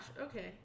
Okay